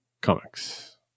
comics